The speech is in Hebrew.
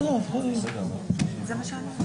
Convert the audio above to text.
לא יהיה מקום מגוריו.